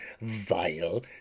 vile